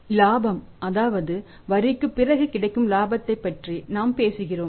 நாம் இலாபம் வரிக்குப் பிறகு கிடைக்கும் இலாபத்தைப் பற்றி நாம் பேசுகிறோம்